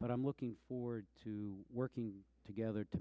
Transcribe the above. but i'm looking forward to working together to